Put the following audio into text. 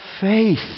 faith